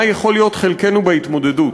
מה יכול להיות חלקנו בהתמודדות?